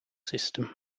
system